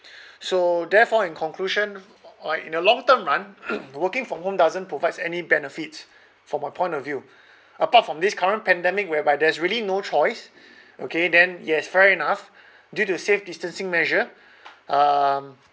so therefore in conclusion uh in a long term run working from home doesn't provide any benefits from my point of view apart from this current pandemic whereby there's really no choice okay then yes fair enough due to safe distancing measure um